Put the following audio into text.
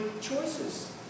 choices